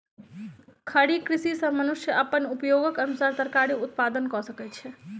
खड़ी कृषि सॅ मनुष्य अपन उपयोगक अनुसार तरकारी उत्पादन कय सकै छै